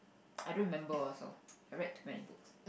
I don't remember also I read too many books